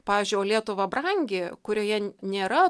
pavyzdžiui o lietuva brangi kurioje nėra